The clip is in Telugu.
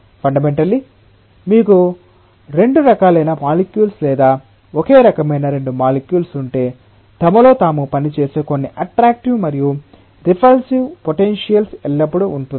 ఫండమెంటల్లి మీకు రెండు రకాలైన మాలిక్యుల్స్ లేదా ఒకే రకమైన రెండు మాలిక్యుల్స్ ఉంటే తమలో తాము పనిచేసే కొన్ని అట్రాక్టివ్ మరియు రిపల్సివ్ పొటెన్షియల్స్ ఎల్లప్పుడూ ఉంటుంది